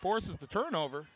forces the turnover